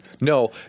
No